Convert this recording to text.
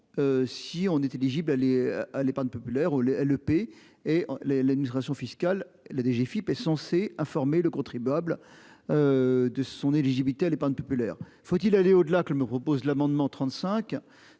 Si on est éligible est à l'épargne populaire ou les le P. et les l'administration fiscale, la DGFIP est censé informer le contribuable. De son éligibilité à l'épargne populaire. Faut-il aller au-delà qu'me repose l'amendement 35,